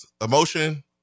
emotion